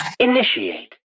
Initiate